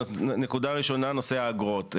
נקודה ראשונה, נושא האגרות.